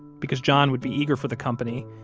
because john would be eager for the company,